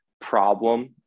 problem